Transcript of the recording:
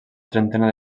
trentena